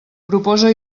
proposa